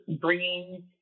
bringing